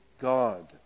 God